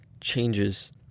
changes